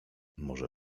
może